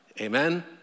Amen